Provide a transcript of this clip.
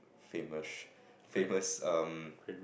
famous famous um